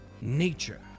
Nature